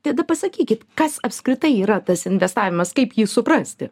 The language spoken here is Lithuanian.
tada pasakykit kas apskritai yra tas investavimas kaip jį suprasti